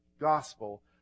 Gospel